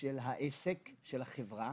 של העסק של החברה.